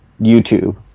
YouTube